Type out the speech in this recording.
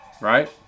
right